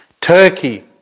Turkey